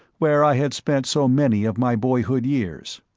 where i had spent so many of my boyhood years.